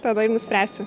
tada ir nuspręsiu